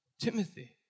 Timothy